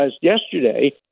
yesterday